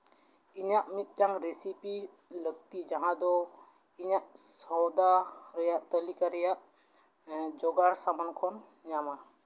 ᱤᱧᱟᱹᱜ ᱢᱤᱫᱴᱟᱝ ᱨᱮᱥᱤᱯᱤ ᱞᱟᱹᱠᱛᱤ ᱡᱟᱦᱟᱸ ᱫᱚ ᱤᱧᱟᱹᱜ ᱥᱚᱭᱫᱟ ᱨᱮᱭᱟᱜ ᱛᱟᱹᱞᱤᱠᱟ ᱨᱮᱭᱟᱜ ᱡᱚᱜᱟᱲ ᱥᱟᱢᱟᱱ ᱠᱷᱚᱱ ᱧᱟᱢᱜᱼᱟ